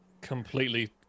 completely